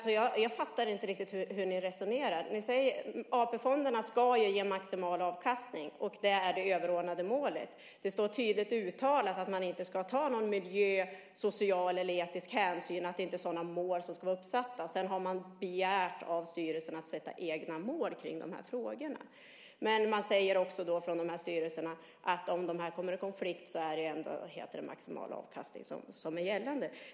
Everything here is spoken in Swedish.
Jag fattar inte riktigt hur ni resonerar. AP-fonderna ska ge maximal avkastning. Det är det överordnade målet. Det står tydligt uttalat att man inte ska ta någon miljöhänsyn eller någon social eller etnisk hänsyn. Det är inte sådana mål som ska vara uppsatta. Sedan har man begärt av styrelsen att få sätta egna mål för de här frågorna. Men man säger också från styrelserna att om detta kommer i konflikt är det ändå maximal avkastning som är gällande.